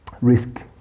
risk